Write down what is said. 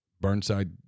Burnside